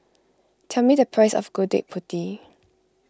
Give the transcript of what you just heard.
tell me the price of Gudeg Putih